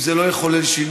אם זה לא יחולל שינוי,